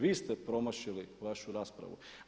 Vi ste promašili vašu raspravu.